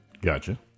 Gotcha